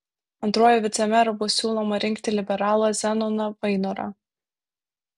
antruoju vicemeru bus siūloma rinkti liberalą zenoną vainorą